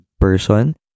person